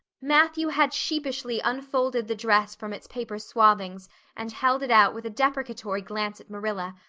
matthew had sheepishly unfolded the dress from its paper swathings and held it out with a deprecatory glance at marilla,